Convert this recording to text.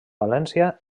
valència